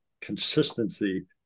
consistency